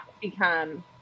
become